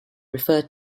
referred